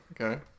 okay